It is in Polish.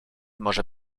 może